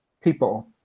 people